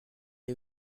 est